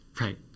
Right